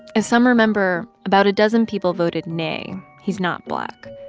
ah some remember about a dozen people voted nay, he's not black.